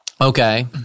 Okay